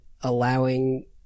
allowing